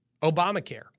Obamacare